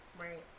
Right